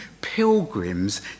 pilgrims